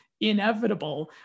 inevitable